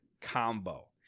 combo